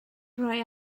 rhoi